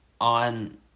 on